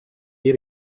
vie